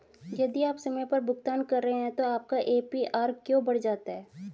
यदि आप समय पर भुगतान कर रहे हैं तो आपका ए.पी.आर क्यों बढ़ जाता है?